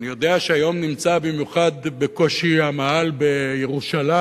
אני יודע שהיום נמצא בקושי המאהל בירושלים.